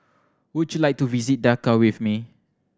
would you like to visit Dhaka with me